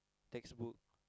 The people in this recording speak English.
textbooks